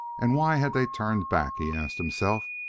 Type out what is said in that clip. and why had they turned back? he asked himself.